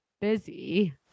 busy